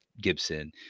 Gibson